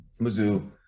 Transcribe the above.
Mizzou